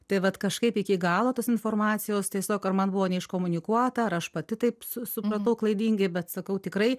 tai vat kažkaip iki galo tos informacijos tiesiog ar man buvo neiškomunikuota ar aš pati taip su supratau klaidingai bet sakau tikrai